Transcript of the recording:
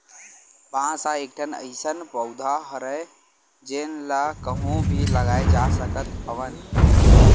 बांस ह एकठन अइसन पउधा हरय जेन ल कहूँ भी लगाए जा सकत हवन